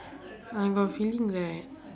I got a feeling that